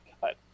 cut